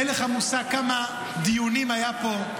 אין לך מושג כמה דיונים היו פה.